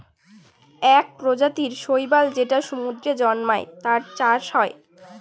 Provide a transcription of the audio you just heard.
এক প্রজাতির শৈবাল যেটা সমুদ্রে জন্মায়, তার চাষ হয়